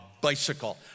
bicycle